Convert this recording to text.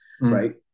right